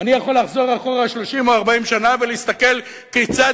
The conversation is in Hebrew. אני יכול לחזור אחורה 30 או 40 שנה ולהסתכל כיצד